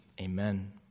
Amen